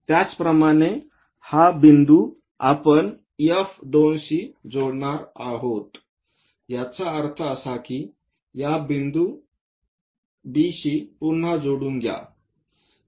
त्याचप्रमाणे हा बिंदू आपण F 2 शी जोडणार आहोत याचा अर्थ असा की या B बिंदूशी पुन्हा जोडून घ्या